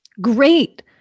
Great